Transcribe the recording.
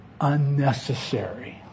unnecessary